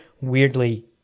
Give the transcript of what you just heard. weirdly